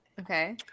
Okay